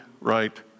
right